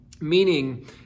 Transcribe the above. Meaning